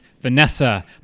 Vanessa